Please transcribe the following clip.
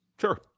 Sure